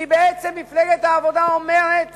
כי בעצם מפלגת העבודה אומרת